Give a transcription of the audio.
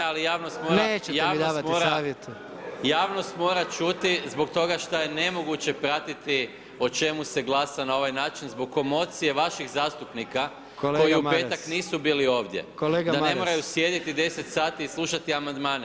Ne, ali javnost mora, [[Upadica predsjednik: Nećete mi davati savjete.]] javnost mora čuti zbog toga što je nemoguće pratiti o čemu se glasa na ovaj način zbog komocije vaših zastupnika koji u petak nisu bili ovdje, [[Upadica predsjednik: Kolega Maras.]] da ne moraju sjediti 10 sati i slušati amandman.